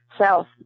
south